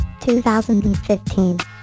2015